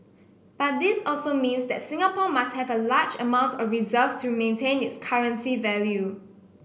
but this also means that Singapore must have a large amount of reserves to maintain its currency value